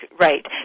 right